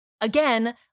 again